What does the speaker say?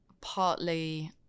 partly